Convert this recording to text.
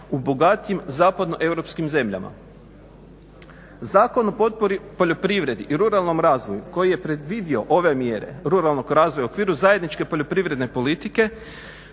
u bogatijim, zapadnoeuropskim zemljama. Zakon o potpori poljoprivredi i ruralnom razvoju koji je predvidio ove mjere ruralnog razvoja u okviru zajedničke poljoprivredne politike